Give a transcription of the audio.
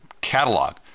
catalog